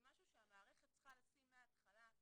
זה משהו שהמערכת צריכה לשים מהתחלה,